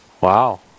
Wow